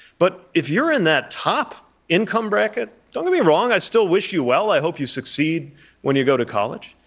but if you're in that top income bracket, don't get me wrong. i still wish you well. i hope you succeed when you go to college.